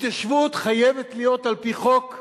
התיישבות חייבת להיות על-פי חוק,